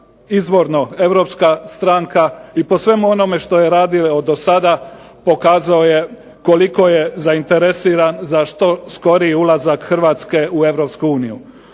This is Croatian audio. izvorno europska stranka i po svemu onome što je radila do sada pokazuje koliko je zainteresiran za što skoriji ulazak Hrvatske u EU.